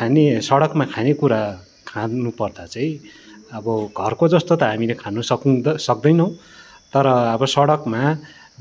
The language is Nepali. खाने सडकमा खाने कुरा खानु पर्दा चाहिँ अब घरको जस्तो त हामीले खानु सक्नु त सक्दैनौँ तर अब सडकमा